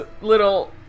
little